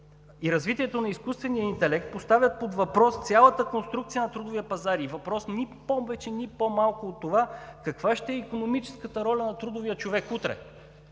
и развитието на изкуствения интелект, поставят под въпрос цялата конструкция на трудовия пазар и въпрос ни повече, ни по-малко от това: каква ще е икономическата роля на трудовия човек утре?